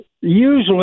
Usually